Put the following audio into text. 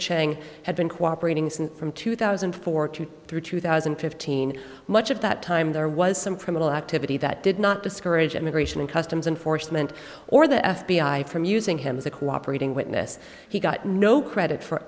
chang had been cooperating since from two thousand and four to through two thousand and fifteen much of that time there was some criminal activity that did not discourage immigration and customs enforcement or the f b i from using him as a cooperating witness he got no credit for